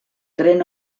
tren